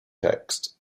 text